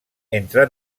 entre